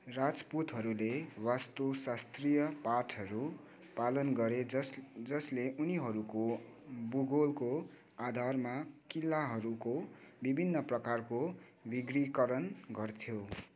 राजपूतहरूले वास्तुशास्त्रीय पाठहरू पालन गरे जसले उनीहरूको भूगोलको आधारमा किल्लाहरूको विभिन्न प्रकारको वर्गीकरण गर्थ्यो